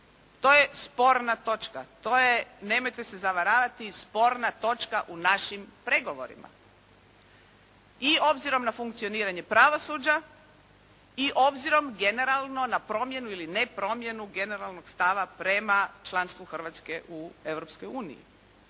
To je sporna točka. To je nemojte se zavaravati sporna točka u našim pregovorima, i obzirom na funkcioniranje pravosuđa i obzirom generalno na promjenu ili ne promjenu generalnog stava prema članstvu Hrvatske u